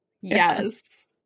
yes